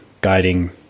guiding